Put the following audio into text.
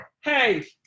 hey